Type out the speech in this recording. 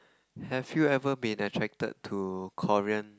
have you ever been attracted to Korean